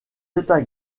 états